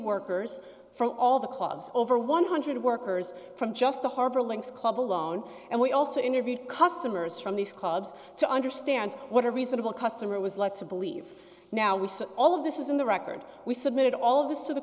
workers from all the clubs over one hundred workers from just the harbor links club alone and we also interviewed customers from these clubs to understand what a reasonable customer was lots of believe now with all of this is in the record we submitted all of this to the